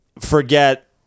forget